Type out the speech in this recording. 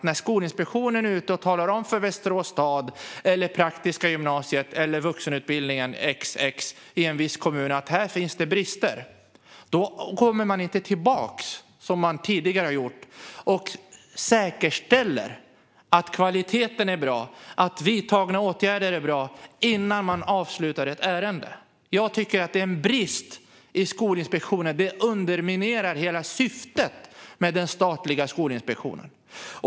När Skolinspektionen talar om för Västerås stad, för Praktiska Gymnasiet eller för vuxenutbildningen XX i en viss kommun att det finns brister kommer man numera inte tillbaka, vilket man tidigare har gjort, och säkerställer att kvaliteten är bra och att vidtagna åtgärder är bra innan man avslutar ett ärende. Det är en brist hos Skolinspektionen. Det underminerar hela syftet med den statliga skolinspektionen.